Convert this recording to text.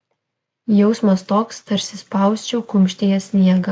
jausmas toks tarsi spausčiau kumštyje sniegą